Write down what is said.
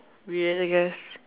really good